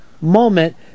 moment